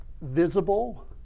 visible